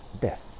death